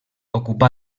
ocupà